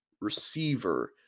receiver